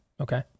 okay